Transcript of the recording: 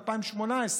ב-2018,